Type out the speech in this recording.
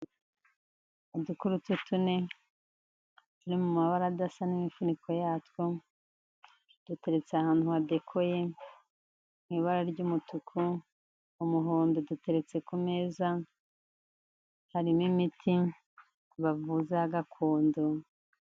Udukurutu tune turi mu mabara adasa n'imifuniko yatwo, duteretse ahantu hadekoye mu ibara ry'umutuku, umuhondo, duteretse ku meza, harimo imiti bavuza ya gakondo.